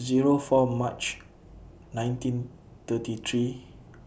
Zero four March nineteen thirty three